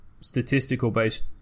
statistical-based